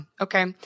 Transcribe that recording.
Okay